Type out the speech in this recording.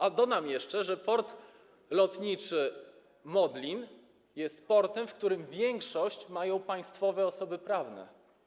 A dodam jeszcze, że port lotniczy Modlin jest portem, w którym większość udziałów mają państwowe osoby prawne.